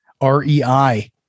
R-E-I